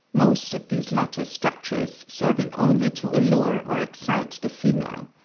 most of these latter structures serving only to allure or excite the female.